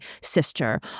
sister